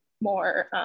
more